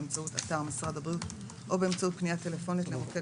באמצעות אתר משרד הבריאות או באמצעות פנייה טלפונית למוקד